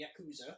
Yakuza